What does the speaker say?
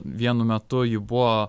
vienu metu ji buvo